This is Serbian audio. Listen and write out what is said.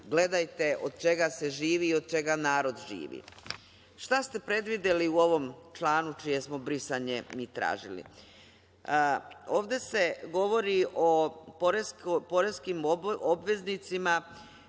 Gledajte od čega se živi i od čega narod živi. Šta ste predvideli u ovom članu čije smo brisanje mi tražili? Ovde se govori o poreskim obveznicima,